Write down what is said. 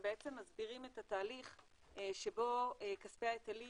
בעצם מסבירים את התהליך שבו כספי ההיטלים